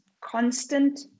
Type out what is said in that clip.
constant